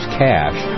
cash